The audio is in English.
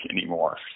anymore